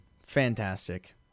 Fantastic